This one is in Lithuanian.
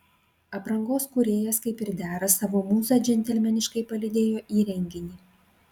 aprangos kūrėjas kaip ir dera savo mūzą džentelmeniškai palydėjo į renginį